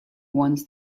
ones